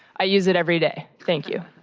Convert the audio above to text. i use it every day. thank you.